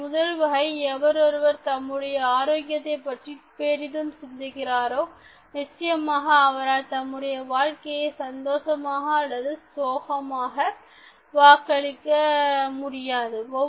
அதில் முதல் வகை எவரொருவர் தம்முடைய ஆரோக்கியத்தைப் பற்றி பெரிதும் சிந்திக்கின்றாரோ நிச்சயமாக அவரால் தம்முடைய வாழ்க்கையை சந்தோசமாக அல்லது சோகமாக வாக்களிக்க முடியாது